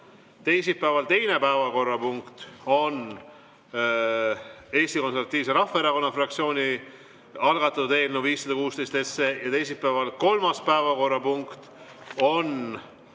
Teisipäeval teine päevakorrapunkt on Eesti Konservatiivse Rahvaerakonna fraktsiooni algatatud eelnõu 516. Ja teisipäeval kolmas päevakorrapunkt on